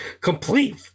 complete